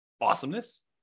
Awesomeness